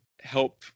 help